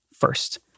First